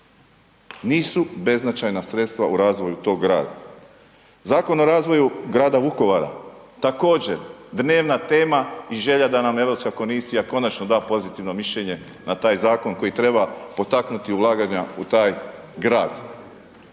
nisu beznačajna sredstva u razvoju tog grada. Zakon o razvoju Grada Vukovara, također dnevna tema i želja da nam Europska komisija konačno da pozitivno mišljenje na taj Zakon koji treba potaknuti ulaganja u taj Grad.